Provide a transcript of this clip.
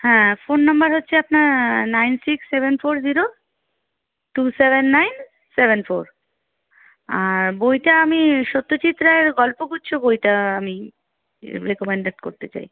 হ্যাঁ phone number হচ্ছে আপনার nine six seven four zero two seven nine seven four আর বইটা আমি সত্যজিৎ রায়ের গল্পগুচ্ছ বইটা আমি রেকমেন্ডেড করতে চাই